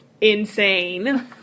insane